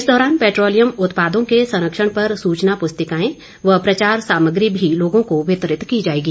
इस दौरान पैट्रोलियम उत्पादों के संरक्षण पर सूचना प्रस्तिकाएं व प्रचार सामग्री भी लोगों को वितरित की जाएगी